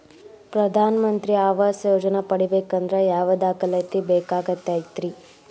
ಪ್ರಧಾನ ಮಂತ್ರಿ ಆವಾಸ್ ಯೋಜನೆ ಪಡಿಬೇಕಂದ್ರ ಯಾವ ದಾಖಲಾತಿ ಬೇಕಾಗತೈತ್ರಿ?